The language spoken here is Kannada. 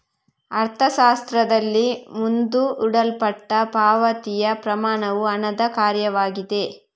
ಅರ್ಥಶಾಸ್ತ್ರದಲ್ಲಿ, ಮುಂದೂಡಲ್ಪಟ್ಟ ಪಾವತಿಯ ಪ್ರಮಾಣವು ಹಣದ ಕಾರ್ಯವಾಗಿದೆ